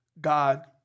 God